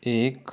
एक